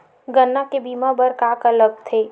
गन्ना के बीमा बर का का लगथे?